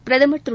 பிரதமர் திரு